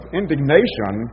indignation